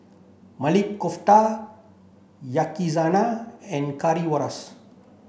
Maili Kofta Yakizakana and Currywurst